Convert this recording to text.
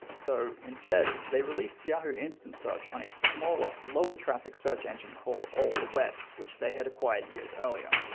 so instead they released yahoo instant search on a smaller, lower traffic search engine called all the web which they had acquired years earlier.